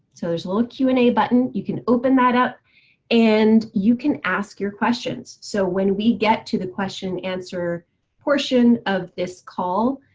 so there's a little q and a button you can open that up and you can ask your questions. so when we get to the question answer portion of this call,